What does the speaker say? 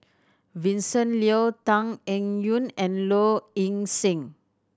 Vincent Leow Tan Eng Yoon and Low Ing Sing